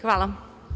Hvala.